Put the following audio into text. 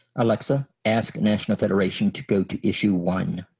alexa ask national federation to go to issue one